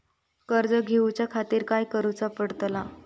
कर्ज घेऊच्या खातीर काय करुचा पडतला?